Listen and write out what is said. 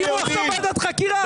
תקימו עכשיו ועדת חקירה,